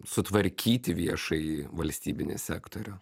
sutvarkyti viešąjį valstybinį sektorių